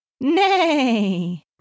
Nay